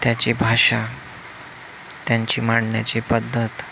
त्याची भाषा त्यांची मांडण्याची पद्धत